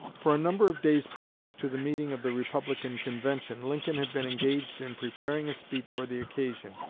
for a number of days previous to the meeting of the republican convention lincoln had been engaged in preparing a speech for the occasion.